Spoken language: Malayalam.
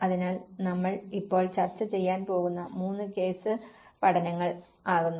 അതിനാൽ നമ്മൾ ഇപ്പോൾ ചർച്ച ചെയ്യാൻ പോകുന്ന മൂന്ന് കേസ് പഠനങ്ങൾ ആകുന്നു